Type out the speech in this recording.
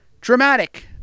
dramatic